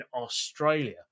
australia